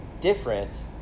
different